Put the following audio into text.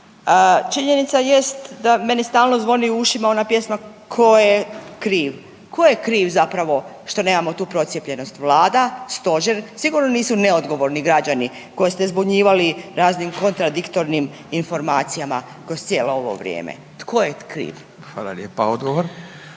Činjenica jest da meni stalno zvoni u ušima ona pjesma „Tko je kriv?“. Tko je kriv zapravo što nemamo tu procijepljenost Vlada, stožer? Sigurno nisu neodgovorni koje ste zbunjivali raznim kontradiktornim informacijama kroz cijelo ovo vrijeme. Tko je kriv? **Radin, Furio